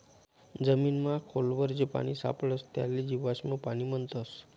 जमीनमा खोल वर जे पानी सापडस त्याले जीवाश्म पाणी म्हणतस